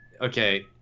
okay